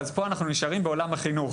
אז פה אנחנו נשארים בעולם החינוך.